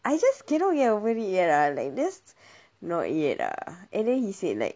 I just cannot get over it yet ah like just not yet ah and then he said like